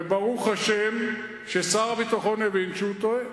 וברוך השם ששר הביטחון הבין שהוא טועה,